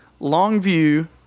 Longview –